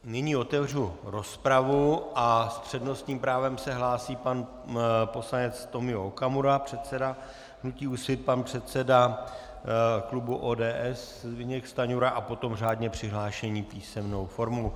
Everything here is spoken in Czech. Nyní otevřu rozpravu a s přednostním právem se hlásí pan poslanec Tomio Okamura, předseda hnutí Úsvit, pan předseda klubu ODS Zbyněk Stanjura a potom řádně přihlášení písemnou formou.